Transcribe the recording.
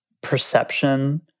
perception